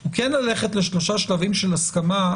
הוא כן ללכת לשלושה שלבים של הסכמה,